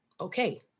okay